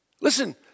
Listen